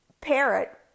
parrot